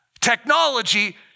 technology